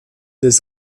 des